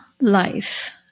life